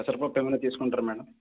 పెసరపప్పు ఏమన్నా తీసుకుంటారా మ్యాడమ్